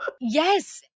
Yes